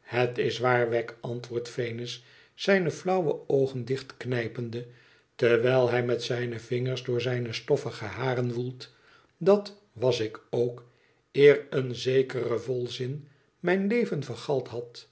het is waar wegg antwoordt venus zijne flauwe oogen dichtknijpende terwijl hij met zijne vingers door zijne stofüge haren woelt idat was ik ook eer een zekere volzin mijn leven vergald had